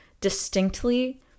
distinctly